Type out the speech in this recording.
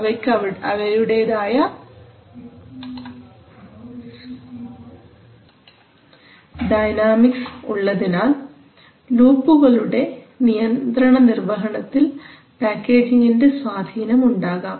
അവയ്ക്ക് അവയുടേതായ ഡൈനാമിക്സ് ഉള്ളതിനാൽ ലൂപുകളുടെ നിയന്ത്രണ നിർവഹണത്തിൽ പാക്കേജിംഗ്ൻറെ സ്വാധീനം ഉണ്ടാകാം